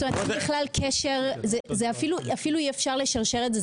אין בכלל קשר; אפילו אי אפשר לשרשר את זה,